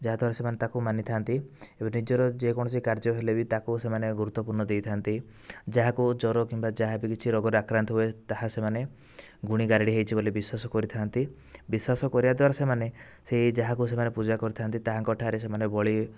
ଯାହା ଦ୍ଵାରା ସେମାନେ ତାହାକୁ ମାନିଥାନ୍ତି ଏବଂ ନିଜର ଯେକୌଣସି କାର୍ଯ୍ୟ ହେଲେ ବି ତାକୁ ସେମାନେ ଗୁରୁତ୍ଵପୂର୍ଣ୍ଣ ଦେଇଥାନ୍ତି ଯାହାକୁ ଜ୍ଵର କିମ୍ବା ଯାହା ବି କିଛି ରୋଗରେ ଆକ୍ରାନ୍ତ ହୁଏ ତାହା ସେମାନେ ଗୁଣିଗାରେଡ଼ି ହୋଇଛି ବୋଲି ବିଶ୍ୱାସ କରିଥାନ୍ତି ବିଶ୍ୱାସ କରିବା ଦ୍ଵାରା ସେମାନେ ସେଇ ଯାହାଙ୍କୁ ସେମାନେ ପୂଜା କରିଥାନ୍ତି ତାହାଙ୍କଠାରେ ସେମାନେ ବଳି